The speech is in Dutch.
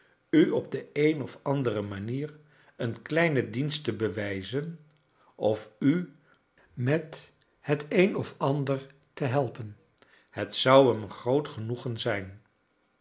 u op de eerie of andere manier een kleinen dienst te bewijzen of u met het een of ander te helpen het zou hem een groot genoegen zijn